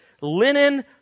linen